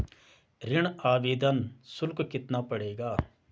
ऋण आवेदन शुल्क कितना पड़ेगा?